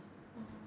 orh